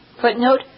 Footnote